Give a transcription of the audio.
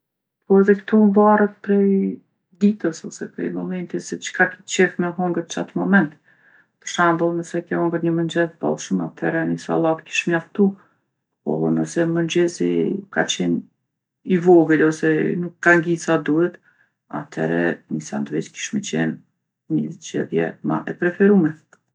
Po edhe ktu mvaret prej ditës ose prej momentit se çka ki qef me hongër qat moment. Për shembull nëse ke hongër ni mëngjez t'bollshëm, athere ni sallatë kish mjaftu. Po edhe nëse mengjezi ka qenë i vogël ose nuk t'ka ngi sa duhet, athere ni sandviq kish me qenë ni zgjedhje ma e preferume.